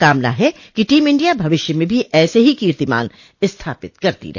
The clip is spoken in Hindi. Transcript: कामना है कि टीम इंडिया भविष्य में भी ऐसे ही कीर्तिमान स्थापित करती रहे